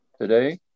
today